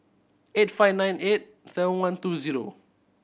eight five nine eight seven one two zero